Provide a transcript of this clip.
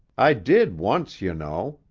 i did once, you know,